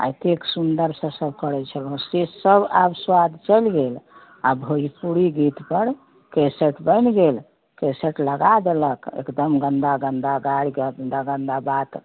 एतेक सुंदर से सब करैत छलहुँ से सब आब चलि गेल आब भोजपुरी गीत पर कैसेट बनि गेल कैसेट लगा देलक एकदम गन्दा गन्दा गारि गन्दा गन्दा बात